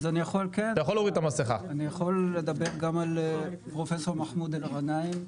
אני יכול לדבר גם על פרופסור מחמוד גנאים המנוח,